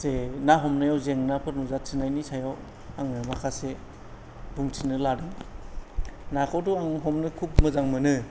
जे ना हमनायाव जेंनाफोर नुजाथिनायनि सायाव आङो माखासे बुंथिनो लादों नाखौथ' आं हमनो खुब मोजां मोनो